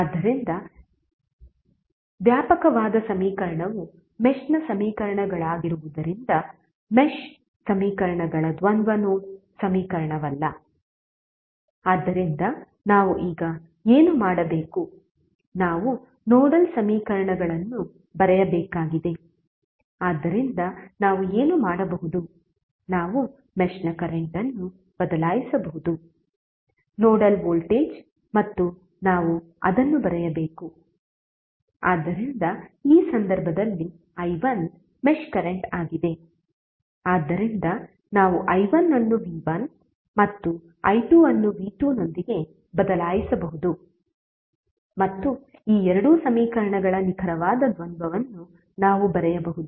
ಆದ್ದರಿಂದ ವ್ಯಾಪಕವಾದ ಸಮೀಕರಣವು ಮೆಶ್ ನ ಸಮೀಕರಣಗಳಾಗಿರುವುದರಿಂದ ಮೆಶ್ ಸಮೀಕರಣಗಳ ದ್ವಂದ್ವ ನೋಡ್ ಸಮೀಕರಣವಲ್ಲ ಆದ್ದರಿಂದ ನಾವು ಈಗ ಏನು ಮಾಡಬೇಕು ನಾವು ನೋಡಲ್ ಸಮೀಕರಣಗಳನ್ನು ಬರೆಯಬೇಕಾಗಿದೆ ಆದ್ದರಿಂದ ನಾವು ಏನು ಮಾಡಬಹುದು ನಾವು ಮೆಶ್ ನ ಕರೆಂಟ್ ಅನ್ನು ಬದಲಾಯಿಸಬಹುದು ನೋಡಲ್ ವೋಲ್ಟೇಜ್ ಮತ್ತು ನಾವು ಅದನ್ನು ಬರೆಯಬಹುದು ಆದ್ದರಿಂದ ಈ ಸಂದರ್ಭದಲ್ಲಿ i1 ಮೆಶ್ ಕರೆಂಟ್ ಆಗಿದೆ ಆದ್ದರಿಂದ ನಾವು i1 ಅನ್ನು v1 ಮತ್ತು i2 ಅನ್ನು v2 ನೊಂದಿಗೆ ಬದಲಾಯಿಸಬಹುದು ಮತ್ತು ಈ ಎರಡು ಸಮೀಕರಣಗಳ ನಿಖರವಾದ ದ್ವಂದ್ವವನ್ನು ನಾವು ಬರೆಯಬಹುದು